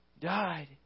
died